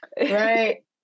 Right